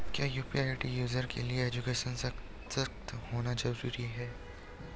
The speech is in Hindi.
क्या यु.पी.आई यूज़र के लिए एजुकेशनल सशक्त होना जरूरी है?